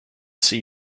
see